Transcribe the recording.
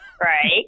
right